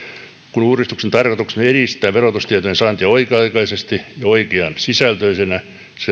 kun uudistuksen tarkoituksena on edistää verotustietojen saantia oikea aikaisesti ja oikean sisältöisinä se